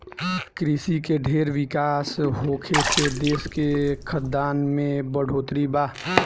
कृषि के ढेर विकास होखे से देश के खाद्यान में बढ़ोतरी बा